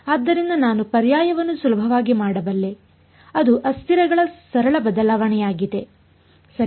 ಆದ್ದರಿಂದ ನಾನು ಪರ್ಯಾಯವನ್ನು ಸುಲಭವಾಗಿ ಮಾಡಬಲ್ಲೆ ಅದು ಅಸ್ಥಿರಗಳ ಸರಳ ಬದಲಾವಣೆಯಾಗಿದೆ ಸರಿ